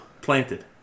planted